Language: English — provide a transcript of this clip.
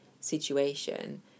situation